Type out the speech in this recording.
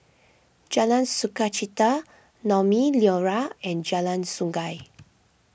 Jalan Sukachita Naumi Liora and Jalan Sungei